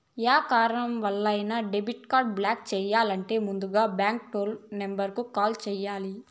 yeah కారణాలవల్లైనా debit card block చెయ్యాలంటే ముందల బాంకు టోల్ నెంబరుకు కాల్ చెయ్యాల్ల